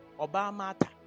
Obama